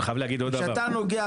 אני רוצה להוסיף נדבך